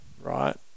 right